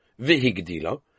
vihigdila